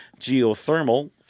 geothermal